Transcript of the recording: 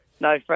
No